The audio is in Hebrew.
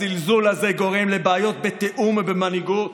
הזלזול הזה גורם לבעיות בתיאום ובמנהיגות,